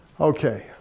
Okay